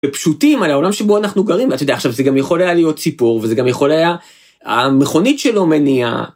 פשוטים על העולם שבו אנחנו גרים, אתה יודע... עכשיו, זה גם יכול היה להיות סיפור, וזה גם יכול היה... המכונית שלו מניעה.